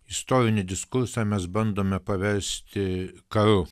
istorinį diskursą mes bandome paversti karu